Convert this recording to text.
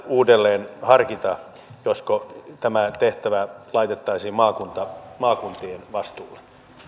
uudelleen harkita josko tämä tehtävä laitettaisiin maakuntien vastuulle